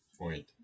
point